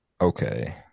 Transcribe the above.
Okay